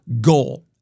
goal